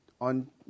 on